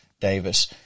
Davis